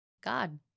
God